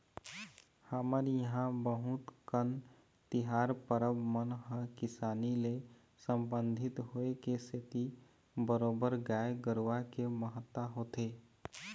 हमर इहाँ बहुत कन तिहार परब मन ह किसानी ले संबंधित होय के सेती बरोबर गाय गरुवा के महत्ता होथे